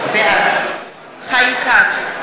בעד חיים כץ,